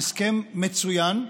הסכם מצוין,